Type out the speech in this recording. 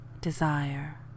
desire